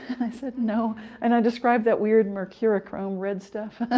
i said, no and i described that weird mercurochrome red stuff,